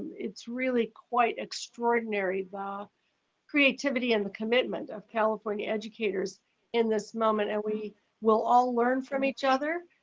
it's really quite extraordinary, the creativity and the commitment of california educators in this moment. and we will all learn from each other.